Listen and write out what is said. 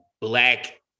black